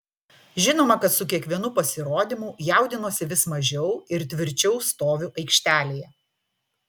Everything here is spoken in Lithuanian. žinoma kad su kiekvienu pasirodymu jaudinuosi vis mažiau ir tvirčiau stoviu aikštelėje